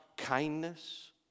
kindness